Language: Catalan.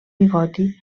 bigoti